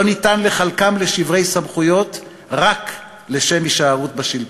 לא ניתן לחלקם לשברי סמכויות רק לשם הישארות בשלטון.